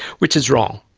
which is wrong.